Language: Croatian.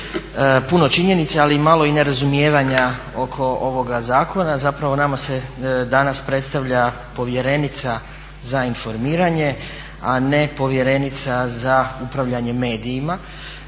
puno činjenica ali i malo nerazumijevanja oko ovoga zakona. Zapravo nama se danas predstavlja povjerenica za informiranje a ne povjerenica za upravljanje medijima.